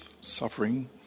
suffering